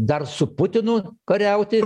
dar su putinu kariauti